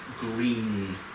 green